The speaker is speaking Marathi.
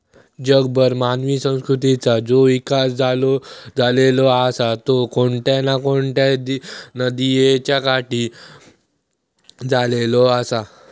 जगभर मानवी संस्कृतीचा जो इकास झालेलो आसा तो कोणत्या ना कोणत्या नदीयेच्या काठी झालेलो आसा